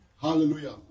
Hallelujah